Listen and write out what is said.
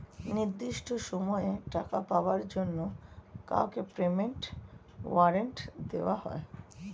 নির্দিষ্ট সময়ে টাকা পাওয়ার জন্য কাউকে পেমেন্ট ওয়ারেন্ট দেওয়া হয়